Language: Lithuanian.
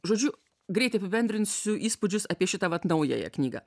žodžiu greitai apibendrinsiu įspūdžius apie šitą vat naująją knygą